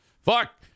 Fuck